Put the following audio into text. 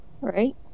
right